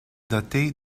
dotée